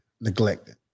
neglected